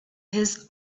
his